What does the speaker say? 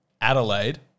Adelaide